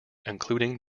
including